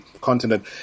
continent